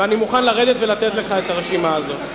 ואני מוכן לרדת ולתת לך את הרשימה הזאת.